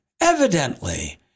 Evidently